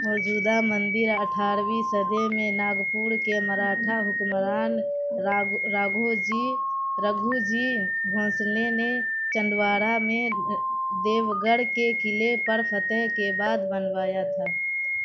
موجودہ مندر اٹھارویں صدی میں ناگپور کے مراٹھا حکمران راگھو جی رگھوجی بھونسلے نے چھنڈوارہ میں دیوگڑ کے قلعے پر فتح کے بعد بنوایا تھا